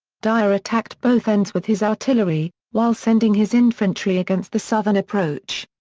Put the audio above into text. dyer attacked both ends with his artillery, while sending his infantry against the southern approach.